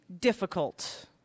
difficult